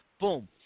boom